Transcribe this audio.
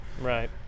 Right